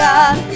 God